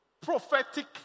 prophetic